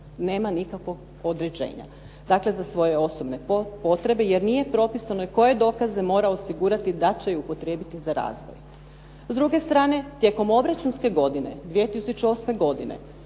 nema nikakvog određenja. Dakle, za svoje osobne potrebe jer nije propisano koje dokaze mora osigurati da će ju upotrijebiti za razvoj. S druge strane tijekom obračunske godine 2008. godine